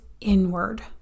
inward